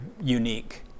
unique